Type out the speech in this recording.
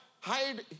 hide